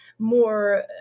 more